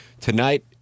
Tonight